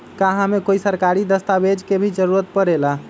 का हमे कोई सरकारी दस्तावेज के भी जरूरत परे ला?